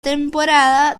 temporada